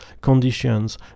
conditions